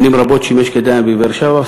שנים רבות שימש כדיין בבאר-שבע,